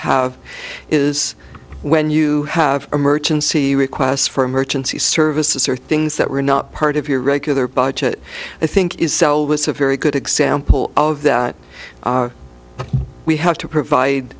have is when you have emergency requests for emergency services or things that were not part of your regular budget i think is cell was a very good example of that we have to provide